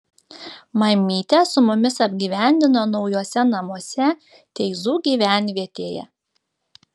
mamytę su mumis apgyvendino naujuose namuose teizų gyvenvietėje